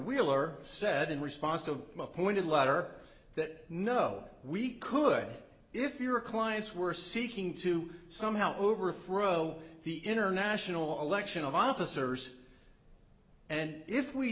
wheeler said in response to a pointed letter that no we could if your clients were seeking to somehow overthrow the international election of officers and if we